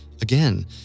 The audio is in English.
Again